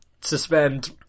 Suspend